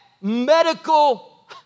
medical